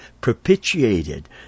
propitiated